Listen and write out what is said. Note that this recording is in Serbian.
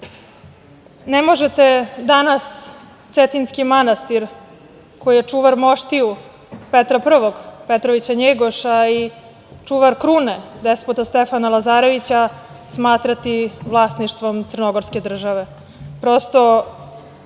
možete danas Cetinjski manastir koji je čuvar moštiju Petra Prvog Petrovića Njegoša i čuvar krune Despota Stefana Lazarevića smatrati vlasništvom crnogorske države. Prosto,